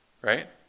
right